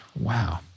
wow